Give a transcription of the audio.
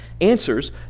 answers